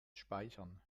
speichern